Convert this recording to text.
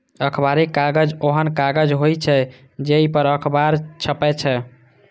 अखबारी कागज ओहन कागज होइ छै, जइ पर अखबार छपै छै